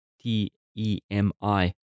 T-E-M-I